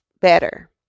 better